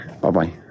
bye-bye